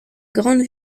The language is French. grande